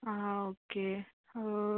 आ okay